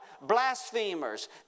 blasphemers